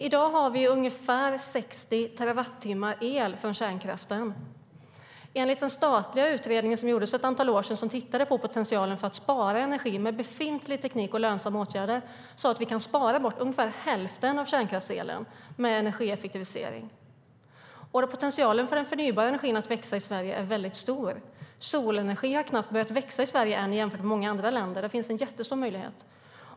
I dag har vi ungefär 60 terawattimmar el från kärnkraften. Enligt den statliga utredning som gjordes för ett antal år sedan, som tittade på potentialen för att spara energi med befintlig teknik och lönsamma åtgärder, kan vi spara bort ungefär hälften av kärnkraftselen med energieffektivisering. Potentialen för den förnybara energin att växa i Sverige är väldigt stor. Solenergin har knappt börjat växa i Sverige, jämfört med många andra länder. Där finns en jättestor möjlighet.